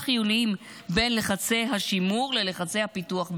חיוניים בין לחצי השימור ללחצי הפיתוח בישראל.